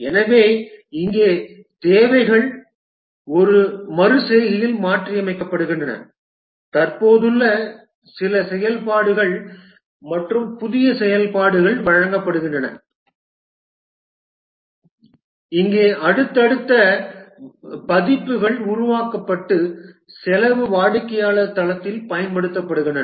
எனவே இங்கே தேவைகள் ஒரு மறு செய்கையில் மாற்றியமைக்கப்படுகின்றன தற்போதுள்ள சில செயல்பாடுகள் மற்றும் புதிய செயல்பாடுகள் வழங்கப்படுகின்றன இங்கே அடுத்தடுத்த பதிப்புகள் உருவாக்கப்பட்டு செலவு வாடிக்கையாளர் தளத்தில் பயன்படுத்தப்படுகின்றன